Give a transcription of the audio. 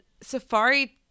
Safari